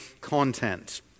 content